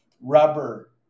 rubber